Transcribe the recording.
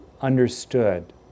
understood